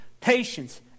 Patience